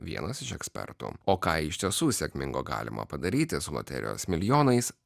vienas iš ekspertų o ką iš tiesų sėkmingo galima padaryti su loterijos milijonais